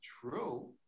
true